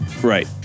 Right